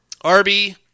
Arby